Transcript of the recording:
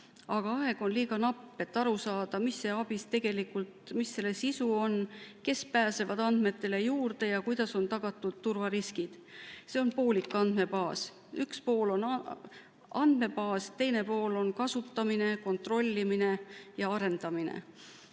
aga aeg on liiga napp, et aru saada, mis see ABIS tegelikult on, mis selle sisu on, kes pääsevad andmetele juurde ja kuidas on maandatud turvariskid. See on poolik andmebaas. Üks pool on andmebaas, teine pool on kasutamine, kontrollimine ja arendamine.